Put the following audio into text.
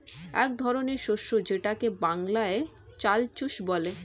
এক ধরনের শস্য যেটাকে বাংলায় চাল চুষ বলে